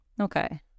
Okay